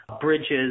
bridges